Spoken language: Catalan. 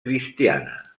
cristiana